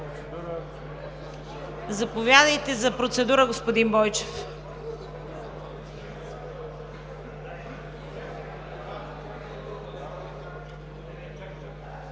Заповядайте за процедура, господин Бойчев.